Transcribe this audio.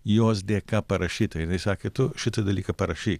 jos dėka parašyta jinai sakė tu šitą dalyką parašei